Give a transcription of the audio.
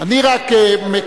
אני רק כמעיד,